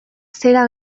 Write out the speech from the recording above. zera